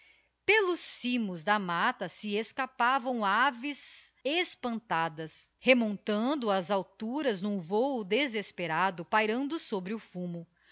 pelos cimos da matla se escapavam aves espantadas remontando ás alturas n'umvôo desesperado pairando sobre o fumo